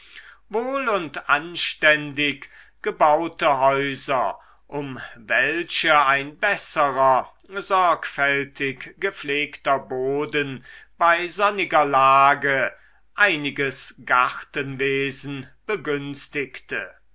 wohl und anständig gebaute häuser um welche ein besserer sorgfältig gepflegter boden bei sonniger lage einiges gartenwesen begünstigte